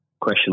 question